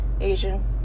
Asian